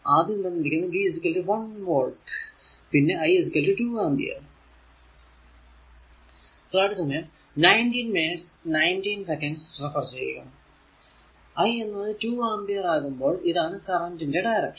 ആദ്യം തന്നിരിക്കുന്നത് V 1 volt പിന്നെ I 2 ആമ്പിയർ I എന്നത് 2 ആമ്പിയർ ആകുമ്പോൾ ഇതാണ് കറന്റ് ന്റെ ഡയറക്ഷൻ